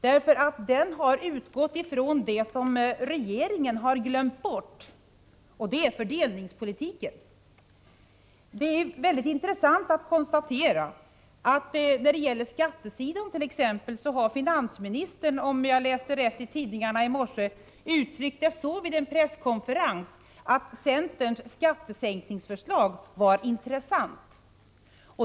Den har nämligen utgått från det som regeringen har glömt bort, och det är fördelningsfrågan. Det är värt att konstatera att när det gäller skattesidan t.ex. har finansministern — om jag läste rätt i tidningarna i morse —- vid en presskonferens uttryckt det så, att centerns skattesänkningsförslag är intressant.